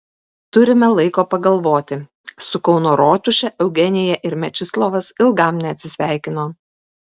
turime laiko pagalvoti su kauno rotuše eugenija ir mečislovas ilgam neatsisveikino